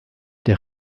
der